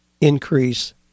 increase